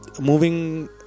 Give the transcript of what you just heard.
moving